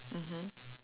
mmhmm